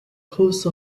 course